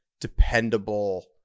dependable